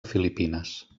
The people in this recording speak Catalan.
filipines